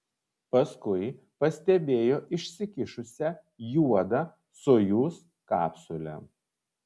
paskui pastebėjo išsikišusią juodą sojuz kapsulę